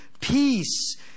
peace